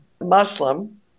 Muslim